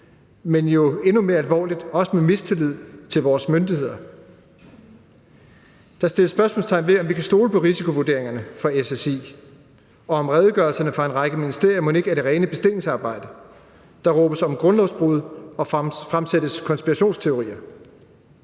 men jo endnu mere alvorligt også med mistillid til vores myndigheder. Der sættes spørgsmålstegn ved, om vi kan stole på risikovurderingerne fra SSI, og der spørges, om redegørelserne fra en række ministerier mon ikke er det rene bestillingsarbejde. Der råbes op om grundlovsbrud og fremsættes konspirationsteorier.